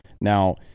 Now